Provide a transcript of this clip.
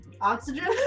Oxygen